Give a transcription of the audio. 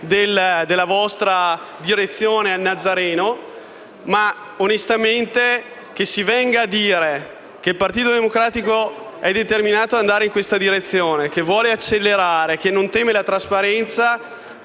Democratico al Nazareno. Ma, onestamente, che si venga a dire che il Partito Democratico è determinato ad andare in questa direzione, che vuole accelerare e che non teme la trasparenza